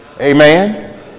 amen